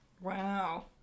Wow